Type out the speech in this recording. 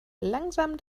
langsam